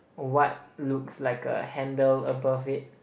what looks like a handle above it